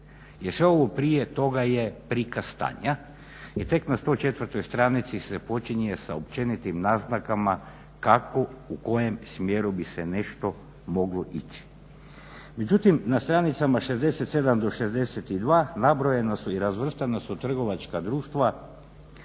jer sve ovo prije toga je prikaz stanja jer tek na 104 stranici se počinje sa općenitim naznakama kako u kojem smjeru bi se nešto moglo ići. Međutim, na stranicama 67 do 62 nabrojena su i razvrstana su trgovačka društva